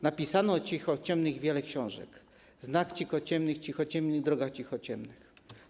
Napisano o cichociemnych wiele książek - ˝Znak cichociemnych˝, ˝Cichociemni (...)˝, ˝Drogi Cichociemnych˝